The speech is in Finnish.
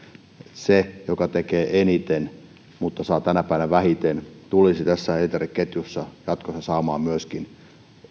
se joka tekee eniten mutta saa tänä päivänä vähiten tulisi tässä elintarvikeketjussa jatkossa saamaan